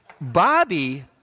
Bobby